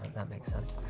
that makes sense.